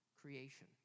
creation